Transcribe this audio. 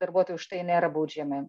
darbuotojai už tai nėra baudžiami